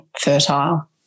fertile